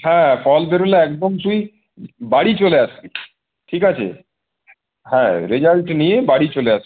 হ্যাঁ ফর্ম বেরোলে একদম তুই বাড়ি চলে আসবি ঠিক আছে হ্যাঁ রেজাল্ট নিয়ে বাড়ি চলে আসবি